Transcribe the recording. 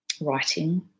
writing